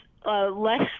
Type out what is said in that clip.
Less